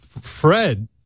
Fred